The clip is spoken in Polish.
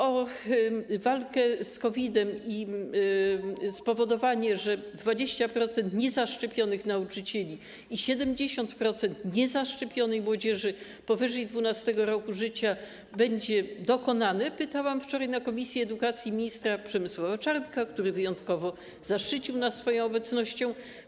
O walkę z COVID-em i spowodowanie, że 20% niezaszczepionych nauczycieli i 70% niezaszczepionej młodzieży powyżej 12. roku życia będzie zaszczepione, pytałam wczoraj na posiedzeniu komisji edukacji ministra Przemysława Czarnka, który wyjątkowo zaszczycił nas swoją obecnością.